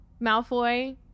Malfoy